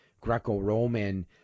Greco-Roman